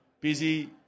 busy